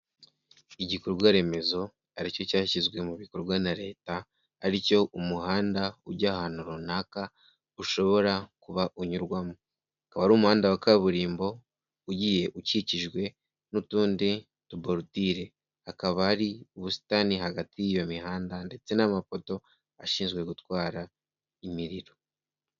Igikorwa remezo ari cyo cyashyizwe mu bikorwa na Leta ari cyo umuhanda ujya ahantu runaka, ushobora kuba unyurwamo. Akaba ari umuhanda wa kaburimbo ugiye ukikijwe n'utundi tuborudire. Hakaba hari ubusitani hagati y'iyo mihanda ndetse n'amapoto ashinzwe gutwara imiriro.